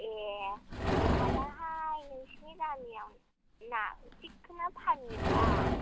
ए माबाहाय नोंसोरनि गामियाव ना थिखोना फानो दा